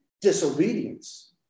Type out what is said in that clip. disobedience